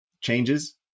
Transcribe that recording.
changes